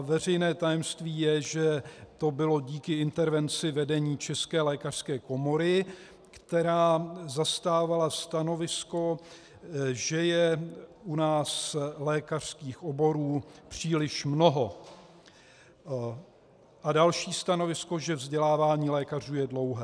Veřejné tajemství je, že to bylo díky intervenci vedení České lékařské komory, která zastávala stanovisko, že je u nás lékařských oborů příliš mnoho, a další stanovisko, že vzdělávání lékařů je dlouhé.